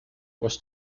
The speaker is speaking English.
was